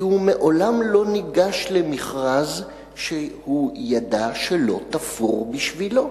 כי הוא מעולם לא ניגש למכרז שהוא ידע שלא תפרו בשבילו.